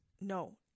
no